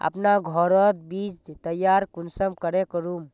अपना घोरोत बीज तैयार कुंसम करे करूम?